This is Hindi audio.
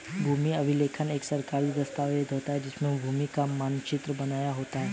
भूमि अभिलेख एक सरकारी दस्तावेज होता है जिसमें भूमि का मानचित्र बना होता है